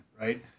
Right